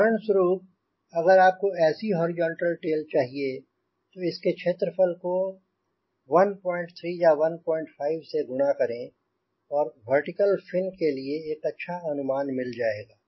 उदाहरण स्वरूप अगर आपको ऐसी हॉरिजॉन्टल टेल चाहिए तो इसके क्षेत्रफल को 13 या 15 से गुना करें और वर्टिकल फिन के लिए एक अच्छा अनुमान मिल जाएगा